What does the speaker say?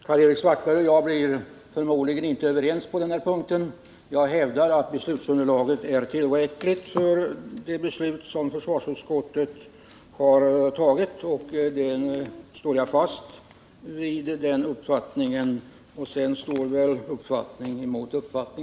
Herr talman! Karl-Erik Svartberg och jag blir förmodligen inte överens på denna punkt. Jag hävdar att beslutsunderlaget är tillräckligt för det ställningstagande som försvarsutskottet har gjort, och den bedömningen står jag fast vid. Men på den punkten står uppfattning mot uppfattning.